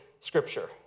scripture